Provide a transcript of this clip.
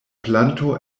planto